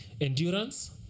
Endurance